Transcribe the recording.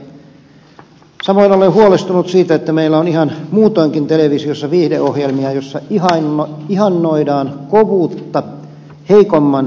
samoin olen huolestunut siitä että meillä on ihan muutoinkin televisiossa viihdeohjelmia joissa ihannoidaan kovuutta heikomman tiputtamista